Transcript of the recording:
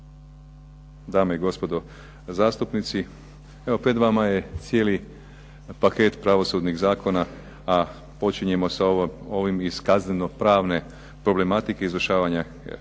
dame i gospodo zastupnici. Evo pred nama je cijeli pakte pravosudnih zakona, a počinjemo sa ovim iz kazneno pravne problematike proširenog izvršavanja